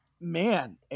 man